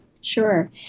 Sure